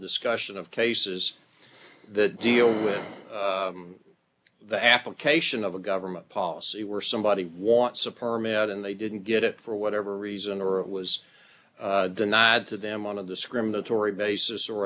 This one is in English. discussion of cases the deal with the application of a government policy where somebody wants a permit and they didn't get it for whatever reason or it was denied to them on a discriminatory basis or